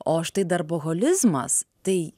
o štai darboholizmas tai